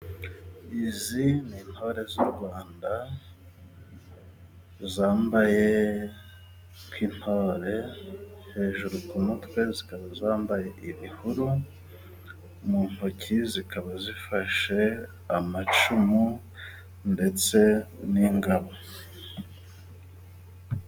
Izi ni intore z'u Rwanda zambaye nk'intore, hejuru ku mutwe zikaba zambaye ibihuru, mu ntoki zikaba zifashe amacumu ndetse n'ingabo.